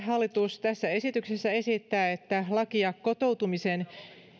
hallitus tässä esityksessä esittää että lakia kotoutumisen